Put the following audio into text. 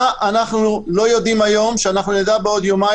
מה אנחנו לא יודעים היום שנדע בעוד יומיים